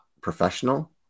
professional